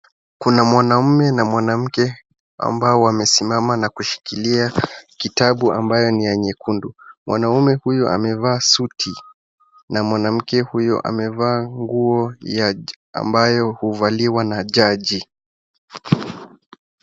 Kuna mwanaume na mwanamke ambao wamesimama na kushikilia kitabu ambayo ni ya nyekundu. Mwanaume huyu amevaa suti na mwanamke huyo amevaa nguo ambayo huvaliwa na jaji.